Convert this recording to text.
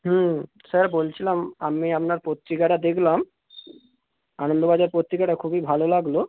হুম sir বলছিলাম আমি আপনার পত্রিকাটা দেখলাম আনন্দবাজার পত্রিকাটা খুবই ভালো লাগলো